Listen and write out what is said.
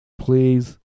Please